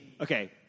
Okay